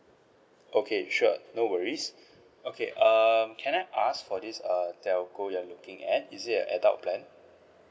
okay sure no worries okay um can I ask for this err telco you are looking at is it an adult plan